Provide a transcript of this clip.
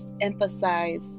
emphasize